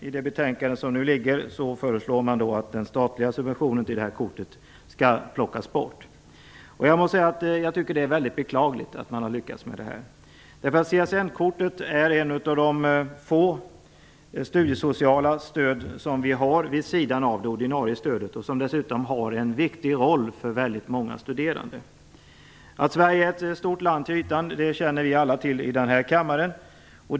I det betänkande som nu ligger föreslås att den statliga subventionen till kortet skall plockas bort. Jag tycker att det är mycket beklagligt att man har lyckats med detta. CSN-kortet är ett av de få studiesociala stöd som vi har vid sidan av det ordinarie stödet. Det spelar dessutom en viktig roll för många studerande. Att Sverige är ett stort land till ytan känner alla här i kammaren till.